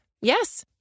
Yes